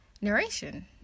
narration